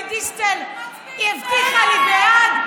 גלית דיסטל הבטיחה לי בעד.